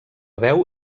veu